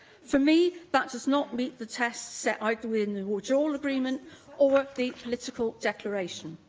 for me, that does not meet the test set either within the withdrawal agreement or the political declaration.